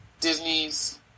Disney's